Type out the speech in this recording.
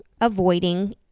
avoiding